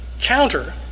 counter